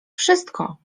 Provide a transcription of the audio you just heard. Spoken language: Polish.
wszystko